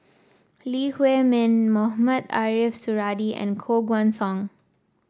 Lee Huei Min Mohamed Ariff Suradi and Koh Guan Song